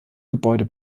gebäude